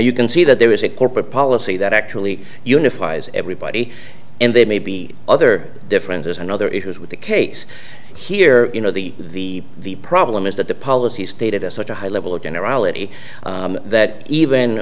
you can see that there is a corporate policy that actually unifies everybody and they may be other differences and other issues with the case here you know the the problem is that the policy stated as such a high level of generality that even